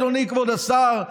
אדוני כבוד השר,